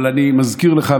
אבל אני מזכיר לך,